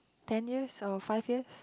ten years or five years